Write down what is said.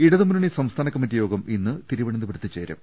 ഇടതുമുന്നണി സംസ്ഥാന കമ്മറ്റി യോഗം ഇന്ന് തിരുവനന്തപുരത്ത് ചേരും